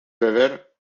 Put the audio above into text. beber